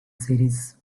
series